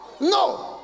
no